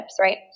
right